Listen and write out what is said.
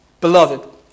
Beloved